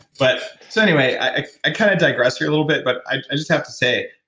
but so anyway, i i kind of digressed here a little bit, but i just have to say it.